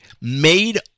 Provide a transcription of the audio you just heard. made